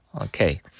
Okay